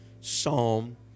psalm